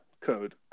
code